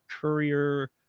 courier